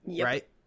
right